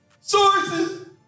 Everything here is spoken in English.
Sources